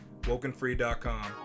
wokenfree.com